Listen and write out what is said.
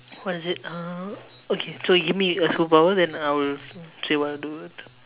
what is it uh okay so give me a superpower then I'll see what I'll do with it